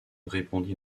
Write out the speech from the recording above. répondit